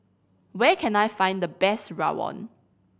where can I find the best rawon